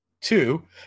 two